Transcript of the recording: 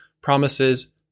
Promises